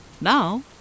Now